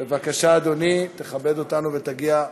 בבקשה, אדוני, תכבד אותנו ותגיע.